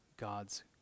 God's